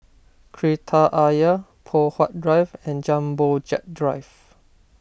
Kreta Ayer Poh Huat Drive and Jumbo Jet Drive